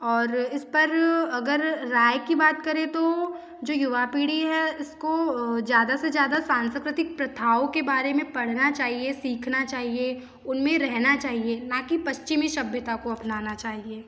और इस पर अगर राय की बात करें तो जो युवा पीढ़ी है इसको ज़्यादा से ज़्यादा सांस्कृतिक प्रथाओं के बारे में पढ़ना चाहिए सीखना चाहिए उन में रहना चाहिए ना कि पश्चिमी सभ्यता को अपनाना चाहिए